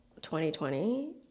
2020